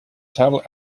tablet